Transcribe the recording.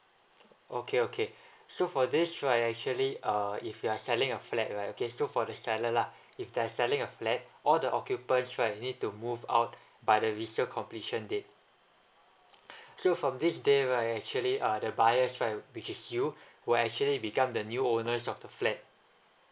okay okay so for this right actually uh if you are selling a flat right okay so for the seller lah if they're selling a flat all the occupants right need to move out by the resale completion date so from this day right actually uh the buyer right which is you who actually become the new owners of the flat